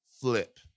flip